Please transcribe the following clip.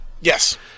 Yes